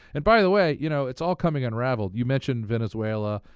and by the way, you know, it's all coming unraveled. you mentioned venezuela,